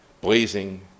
blazing